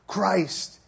Christ